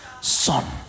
Son